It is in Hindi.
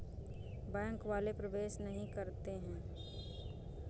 बैंक वाले प्रवेश नहीं करते हैं?